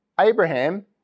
Abraham